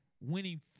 winning